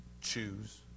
Choose